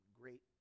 great